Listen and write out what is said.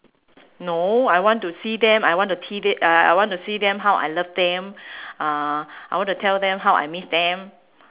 no I want to see them I want to t~ uh I want to see them how I love them uh I want to tell them how I miss them